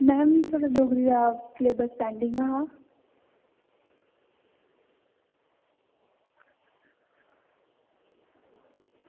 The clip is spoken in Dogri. ते मैम इत्थें डोगरी दा सलेब्स पैंडिंग हा